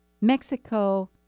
Mexico